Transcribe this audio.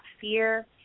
fear